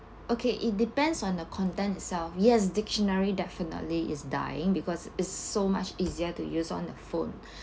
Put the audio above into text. okay it depends on the content itself yes dictionary definitely is dying because it's so much easier to use on the phone